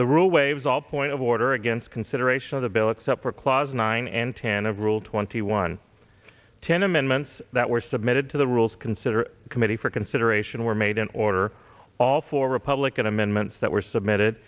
the rule waves all point of order against consideration of the bill except for clause nine and ten of rule twenty one ten amendments that were submitted to the rules consider the committee for consideration were made in order all four republican amendments that were submitted